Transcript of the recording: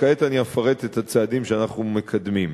כעת אני אפרט את הצעדים שאנחנו מקדמים.